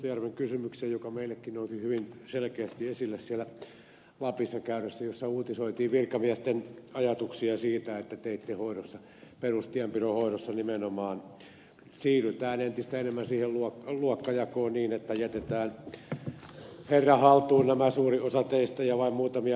mustajärven kysymykseen joka meillekin nousi hyvin selkeästi esille siellä lapissa käydessä jolloin uutisoitiin virkamiesten ajatuksia siitä että teitten hoidossa perustienpidon hoidossa nimenomaan siirrytään entistä enemmän siihen luokkajakoon niin että jätetään herran haltuun suurin osa teistä ja vain muutamia pääväyliä hoidetaan